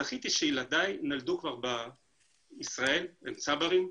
זכיתי שילדיי נולדו כבר בישראל, הם צברים,